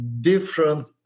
different